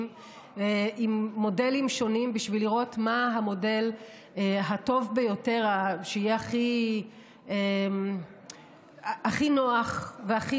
עם מודלים שונים בשביל לראות מה המודל הטוב ביותר שיהיה הכי נוח והכי